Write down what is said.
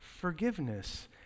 Forgiveness